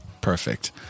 Perfect